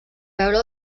veure